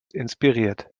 inspiriert